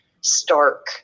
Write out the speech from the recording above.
stark